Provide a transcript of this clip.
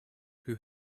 who